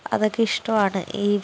അതൊക്കെ ഇഷ്ടമാണ് ഈ